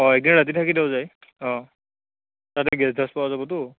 অঁ একদিন ৰাতি থাকি দিও যায় অঁ তাতে গেষ্ট হাউচ পোৱা যাবতো